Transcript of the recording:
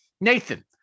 Nathan